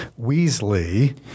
Weasley